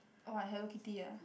oh Hello Kitty ah